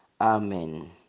Amen